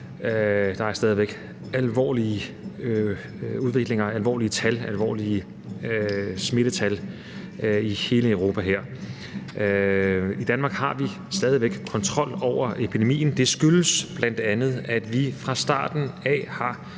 Der er stadig væk alvorlige udviklinger, alvorlige smittetal i hele Europa. I Danmark har vi stadig væk kontrol over epidemien. Det skyldes bl.a., at vi fra starten har